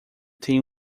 tem